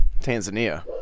Tanzania